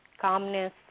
calmness